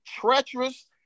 treacherous